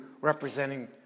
representing